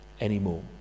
anymore